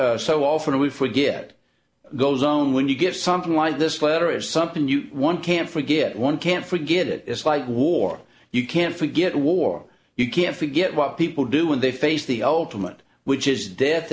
that so often we forget go zone when you give something like this letter is something you one can't forget one can't forget it is like war you can't forget war you can't forget what people do when they face the ultimate which is death